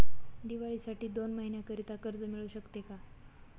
दिवाळीसाठी दोन महिन्याकरिता कर्ज मिळू शकते का?